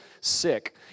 sick